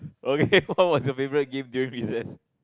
okay what was your favourite game during recess